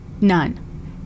none